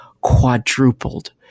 quadrupled